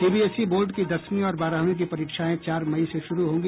CBSE board की दसवीं और बारहवीं की परीक्षाएं चार मई से शुरू होंगी